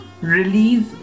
release